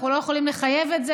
אנחנו לא יכולים לחייב את זה,